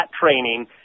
training